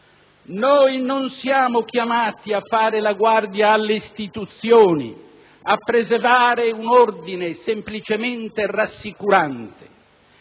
«Noi non siamo chiamati a fare la guardia alle istituzioni, a preservare un ordine semplicemente rassicurante.